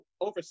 over